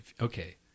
okay